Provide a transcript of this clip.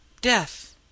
death